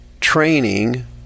training